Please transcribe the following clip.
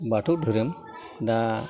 बाथौ धोरोम दा